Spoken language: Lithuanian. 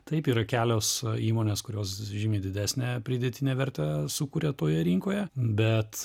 taip yra kelios įmonės kurios žymiai didesnę pridėtinę vertę sukuria toje rinkoje bet